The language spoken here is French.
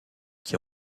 qui